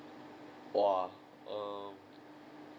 !whoa! um